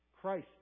Christ